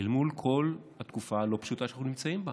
אל מול כל התקופה הלא-פשוטה שאנחנו נמצאים בה.